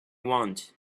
want